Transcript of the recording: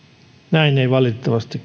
näin ei valitettavasti